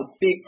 big